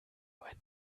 ein